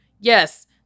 yes